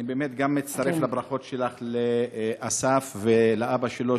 אני באמת גם מצטרף לברכות שלך לאסף ולאבא שלו,